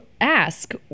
ask